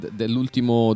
dell'ultimo